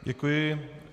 Děkuji.